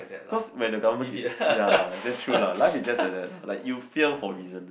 cause when the government is ya lah that's true lah life if just like that lah like you fail for reason